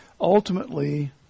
ultimately